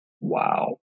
Wow